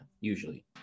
usually